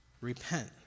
Repent